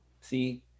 See